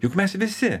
juk mes visi